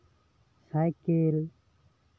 cycle